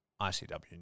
ICW